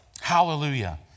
Hallelujah